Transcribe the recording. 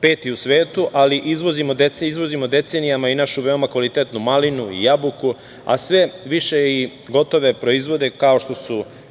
peti u svetu, ali izvozimo decenijama i našu veoma kvalitetnu malinu, jabuku, a sve više i gotove proizvode, kao što su